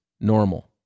normal